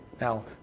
Now